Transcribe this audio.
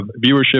viewership